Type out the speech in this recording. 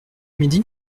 midi